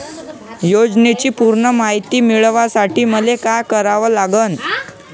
योजनेची पूर्ण मायती मिळवासाठी मले का करावं लागन?